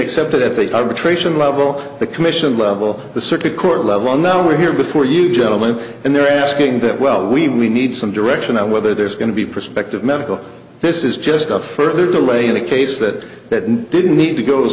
accept if they got a trace in level the commission level the circuit court level now we're here before you gentlemen and they're asking that well we we need some direction of whether there's going to be prospective medical this is just a further delay in a case that that didn't need to go as